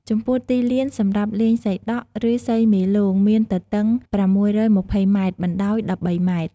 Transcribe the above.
ចំពោះទីលានសម្រាប់លេងសីដក់ ឬ សីមេលោងមានទទឹង ៦២០ម៉ែត្រ បណ្ដោយ១៣ម៉ែត្រ ។